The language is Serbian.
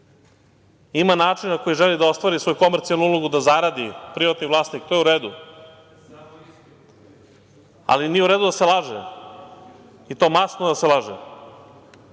ima način na koji želi da ostvari svoju komercijalnu ulogu da zaradi privatni vlasnik, to je u redu, ali nije u redu da se laže i to masno da se laže.